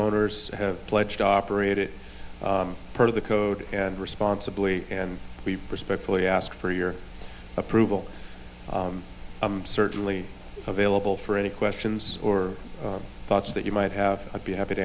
owners have pledged operated part of the code and responsibly and we respectfully ask for your approval certainly available for any questions or thoughts that you might have i'd be happy to